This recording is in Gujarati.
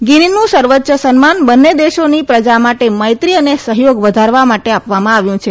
ગીરીનું સર્વોચ્ય સન્માન બંને દેશોની પ્રજા માટે મૈત્રી અને સહયોગ વધારવા માટે આપવામાં આવ્યું છે